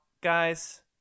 guys